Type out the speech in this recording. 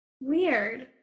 Weird